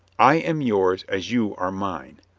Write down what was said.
i am yours as you are mine.